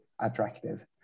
attractive